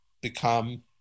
become